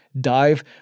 dive